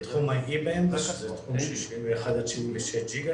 61 עד 76 ג'יגה